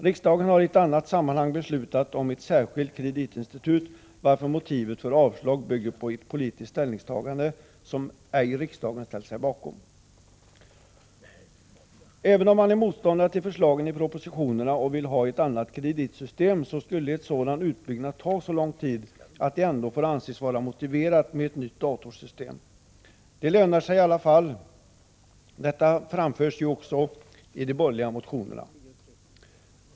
Riksdagen har i annat sammanhang beslutat om ett särskilt kreditinstitut på detta område, varför yrkandet om avslag bygger på ett politiskt ställningstagande som riksdagen ej ställt sig bakom. Även om man är motståndare till förslagen i propositionerna och vill ha ett annat kreditsystem, så måste man säga sig att en sådan utbyggnad skulle ta så lång tid att det ändå får anses vara motiverat med ett nytt datorsystem. Det lönar sig i alla fall, vilket ju också framhålls i de borgerliga motionerna.